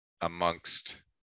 amongst